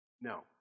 No